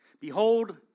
Behold